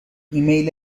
ایمیل